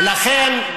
ולכן,